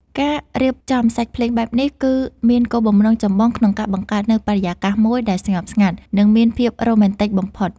ការរៀបចំសាច់ភ្លេងបែបនេះ គឺមានគោលបំណងចម្បងក្នុងការបង្កើតនូវបរិយាកាសមួយដែលស្ងប់ស្ងាត់ និងមានភាពរ៉ូមែនទិកបំផុត